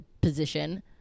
position